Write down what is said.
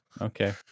Okay